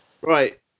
right